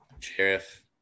Sheriff